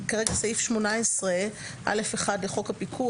אני אקריא את סעיף 18(א1) לחוק הפיקוח: